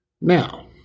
Now